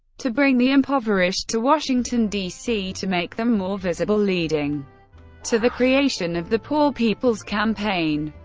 to bring the impoverished to washington, d c. to make them more visible, leading to the creation of the poor people's campaign.